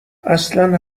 اصلن